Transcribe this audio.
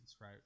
right